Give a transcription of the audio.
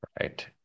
right